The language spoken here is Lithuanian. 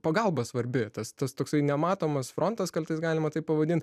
pagalba svarbi tas tas toksai nematomas frontas kartais galima taip pavadint